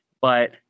but-